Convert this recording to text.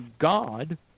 God